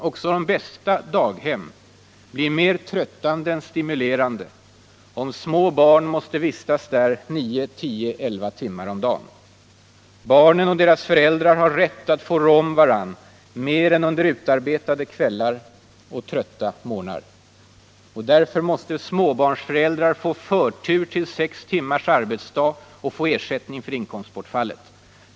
Också de bästa daghem blir mer tröttande än stimulerande om små barn måste vistas där nio, tio. elva timmar om dagen. Barnen och deras föräldrar har rätt att få rå om varandra mer än under utarbetade kvällar och trötta mornar. Därför måste småbarnsföräldrar få förtur till sex timmars arbetsdag och få ersättning för inkomstbortfallet.